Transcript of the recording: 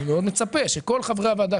אני מאוד מצפה שכל חברי הוועדה,